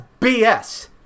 BS